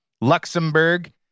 Luxembourg